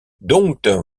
doncques